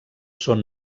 són